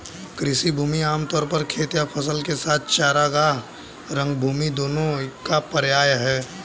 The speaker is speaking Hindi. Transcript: कृषि भूमि आम तौर पर खेत या फसल के साथ चरागाह, रंगभूमि दोनों का पर्याय है